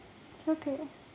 it's okay